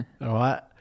right